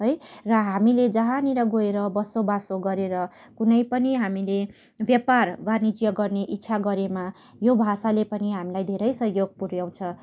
है र हामीले जहाँनिर गएर बसोबासो गरेर कुनै पनि हामीले व्यापार वाणिज्य गर्ने इच्छा गरेमा यो भाषाले पनि हामीलाई धेरै सहयोग पुऱ्याउँछ